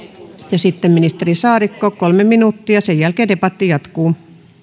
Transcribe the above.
ja sitten ministeri saarikko kolme minuuttia sen jälkeen debatti jatkuu